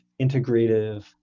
integrative